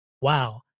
wow